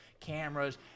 cameras